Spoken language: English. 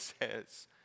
says